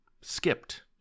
skipped